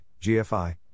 GFI